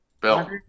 Bill